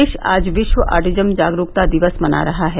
देश आज विश्व ऑटिज्म जागरूकता दिवस मना रहा है